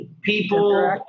people